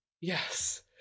Yes